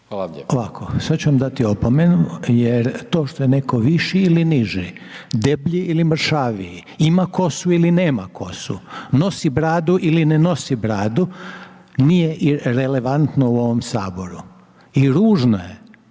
Ovako, sad ću vam dati opomenu jer to što je netko viši ili niži, deblji ili mršaviji, ima kosu ili nema kosu, nosi bradu ili ne nosi bradu, nije relevantno u ovom HS i ružno je